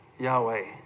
Yahweh